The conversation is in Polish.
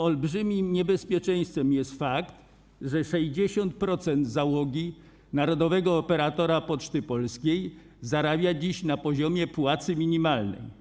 Olbrzymim niebezpieczeństwem jest fakt, że 60% załogi narodowego operatora Poczty Polskiej zarabia dziś na poziomie płacy minimalnej.